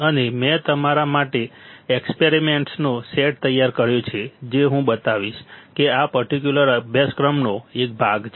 અને મેં તમારા માટે એક્સપેરિમેન્ટ્સનો સેટ તૈયાર કર્યો છે જે હું બતાવીશ કે આ પર્ટિક્યુલર અભ્યાસક્રમનો એક ભાગ છે